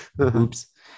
Oops